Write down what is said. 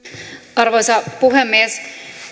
arvoisa puhemies